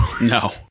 No